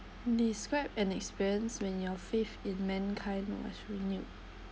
describe an experience when your faith in mankind was renewed